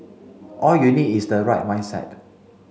all you need is the right mindset